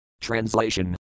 Translation